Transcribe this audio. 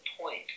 point